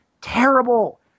terrible